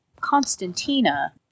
Constantina